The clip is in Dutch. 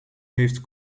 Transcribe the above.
heeft